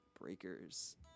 Breakers